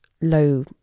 low